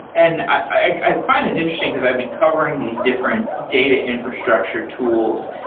and i find it interesting because i've been covering these different data infrastructure tools.